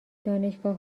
دانشگاه